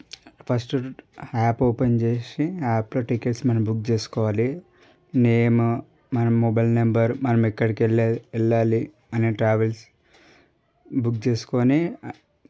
first app open చేసి యాప్లో tickets మనం బుక్ చేసుకోవాలి నేము మన మొబైల్ నంబర్ మనం ఎక్కడకి వెళ్ళే వెళ్ళాలి అనే ట్రావెల్స్ బుక్ చేసుకొని